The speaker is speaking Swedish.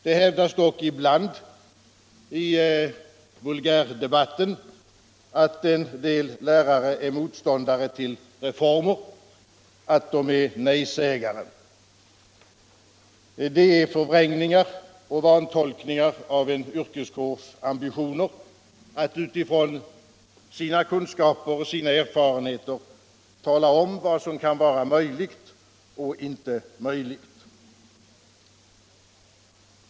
Det hävdas dock ibland i vulgärdebatten att en del lärare är motståndare till reformer, att de är nej-sägare. Det är förvrängningar och vantolkningar av en yrkeskårs ambitioner att utifrån sina kunskaper och erfarenheter tala om vad som kan vara möjligt och inte möjligt.